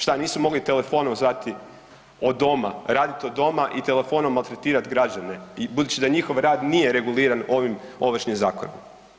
Šta nisu mogli telefonom zvati od doma, raditi od doma i telefonom maltretirat građane i budući da njihov rad nije reguliran ovim Ovršnim zakonom.